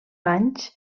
anys